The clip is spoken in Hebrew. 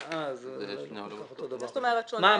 מה זאת אומרת שונה?